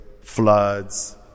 floods